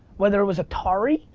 whether it was atari.